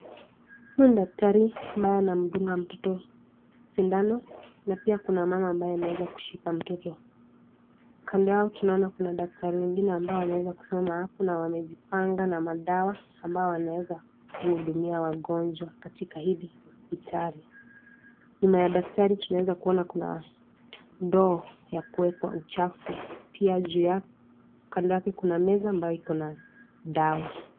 Tunaona daktari ambaye anamdunga mtoto sindano na pia kuna mama ambaye ameweza kushika mtoto, kando yao tunaona kuna daktari wengine ambao wameweza kusimama hapo na wamejipanga na madawa ambao wanaweza kuhudumia wagonjwa katika hili hospitali, nyuma ya daktari tunaweza kuona kuna ndoo ya kuekwa uchafu pia kando yake kuna meza ambayo kuna dawa.